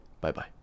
Bye-bye